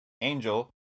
Angel